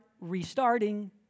restarting